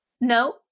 No